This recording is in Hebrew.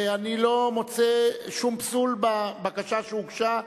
ואני לא מוצא שום פסול בבקשה שהוגשה.